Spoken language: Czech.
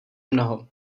mnoho